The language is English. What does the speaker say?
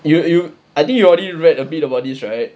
you you I think you already read a bit about this right